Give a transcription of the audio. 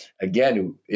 again